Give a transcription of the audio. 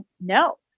no